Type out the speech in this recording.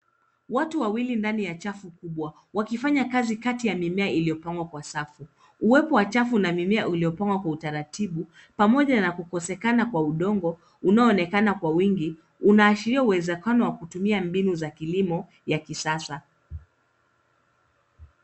Watu wawili ndani ya chafu kubwa wakifanya kazi kati ya mimea iliyopangwa kwa safu. Uwepo wa chafu na mimea uliopangwa kwa utaratibu pamoja na kukosekana kwa udongo unaoonekana kwa wingi unaashiria uwezekano wa kutumia mbinu za kilimo ya kisasa.